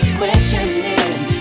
questioning